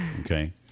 okay